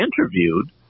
interviewed